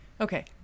Okay